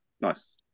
Nice